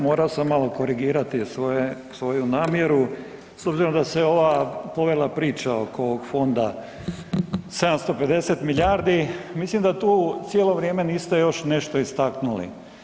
Morao sam malo korigirati svoju namjeru, s obzirom da se ova povela priča oko fonda 750 milijardi, mislim da tu cijelo vrijeme niste još nešto istaknuli.